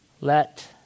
let